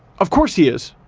of course he is,